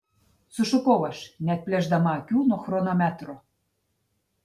sušukau aš neatplėšdama akių nuo chronometro